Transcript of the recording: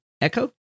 Echo